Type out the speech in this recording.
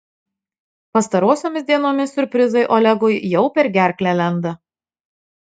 pastarosiomis dienomis siurprizai olegui jau per gerklę lenda